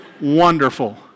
wonderful